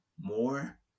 more